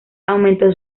aumento